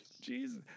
Jesus